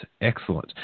excellent